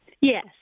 Yes